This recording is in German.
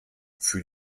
für